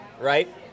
right